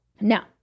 Now